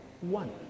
One